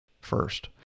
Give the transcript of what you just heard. first